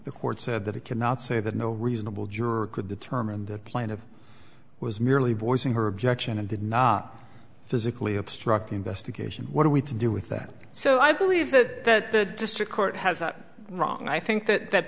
the court said that it cannot say that no reasonable juror could determine the plaintiff was merely voicing her objection and did not physically obstruct the investigation what are we to do with that so i believe that the district court has that wrong i think that that